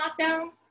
lockdown